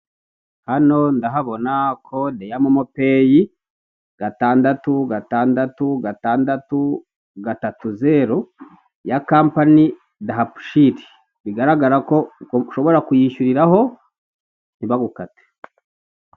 Hano ndahabona kode ya momopeyi, gatandatu gatandatu gatandatu gatatu zeru, ya kampani Dahabushiri, bigaragara ko ushobora kuyishyuriraho ntibagukate.